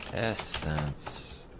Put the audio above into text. s it's